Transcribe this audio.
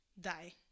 die